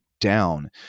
down